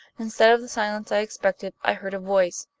instead of the silence i expected, i heard a voice.